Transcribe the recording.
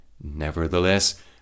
Nevertheless